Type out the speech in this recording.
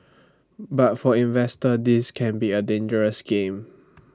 but for investors this can be A dangerous game